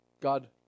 God